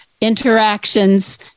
interactions